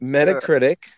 Metacritic